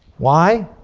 why?